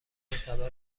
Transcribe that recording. معتبر